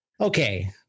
okay